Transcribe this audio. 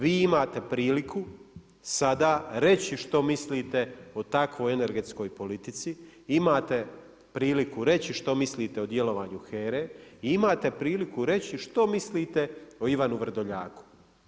Vi imate priliku sada reći što mislite o takvoj energetskoj politici, imate priliku reći što mislite o djelovanju HERA-e imate priliku reći što mislite o Ivanu Vrdoljaku.